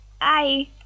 Bye